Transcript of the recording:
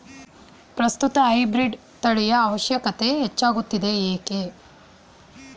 ಪ್ರಸ್ತುತ ಹೈಬ್ರೀಡ್ ತಳಿಯ ಅವಶ್ಯಕತೆ ಹೆಚ್ಚಾಗುತ್ತಿದೆ ಏಕೆ?